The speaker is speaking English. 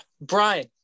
Brian